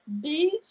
beach